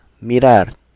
Mirar